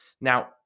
Now